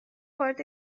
وارد